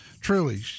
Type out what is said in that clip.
Truly